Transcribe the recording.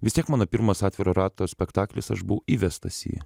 vis tiek mano pirmas atviro rato spektaklis aš buvau įvestas į jį